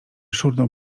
szurnął